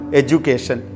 education